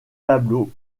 tableau